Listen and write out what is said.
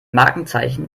markenzeichen